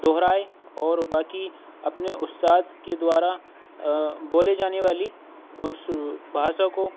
دہرائے اور باقی اپنے اُستاد کے دوارا بولے جانے والی اُس بھاشا کو